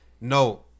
No